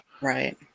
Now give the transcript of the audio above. Right